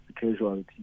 casualty